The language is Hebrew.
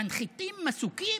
מנחיתים מסוקים?